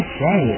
say